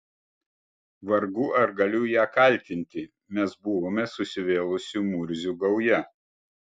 vargu ar galiu ją kaltinti mes buvome susivėlusių murzių gauja